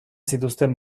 zituzten